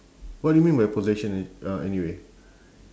what do you mean by possession an~ uh anyway